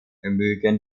vermögen